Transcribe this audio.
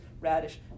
radish